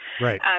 Right